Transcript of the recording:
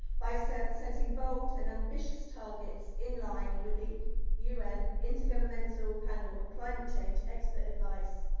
by setting setting bold and ambitious targets in line with the un, intergovernmental panel on climate change expert advice.